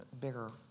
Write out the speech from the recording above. bigger